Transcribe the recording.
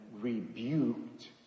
rebuked